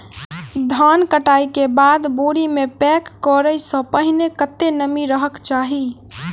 धान कटाई केँ बाद बोरी मे पैक करऽ सँ पहिने कत्ते नमी रहक चाहि?